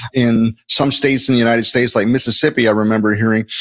in some states in the united states like mississippi, i remember hearing,